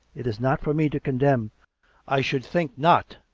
it is not for me to condemn i should think not!